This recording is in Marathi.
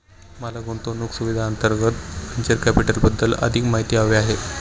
मला गुंतवणूक सुविधांअंतर्गत व्हेंचर कॅपिटलबद्दल अधिक माहिती हवी आहे